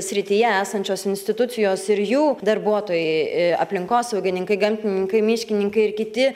srityje esančios institucijos ir jų darbuotojai aplinkosaugininkai gamtininkai miškininkai ir kiti